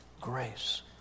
Grace